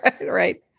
Right